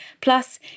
Plus